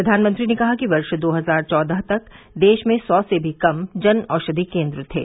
प्रधानमंत्री ने कहा कि वर्ष दो हजार चौदह तक देश में सौ से भी कम जन औषधि केन्द्र थे